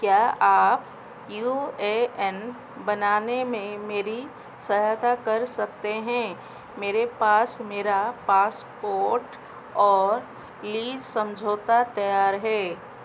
क्या आप U A N बनाने में मेरी सहायता कर सकते हैं मेरे पास मेरा पासपोर्ट और लीज़ समझौता तैयार है